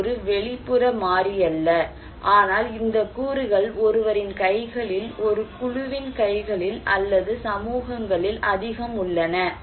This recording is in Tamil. இது ஒரு வெளிப்புற மாறி அல்ல ஆனால் இந்த கூறுகள் ஒருவரின் கைகளில் ஒரு குழுவின் கைகளில் அல்லது சமூகங்களில் அதிகம் உள்ளன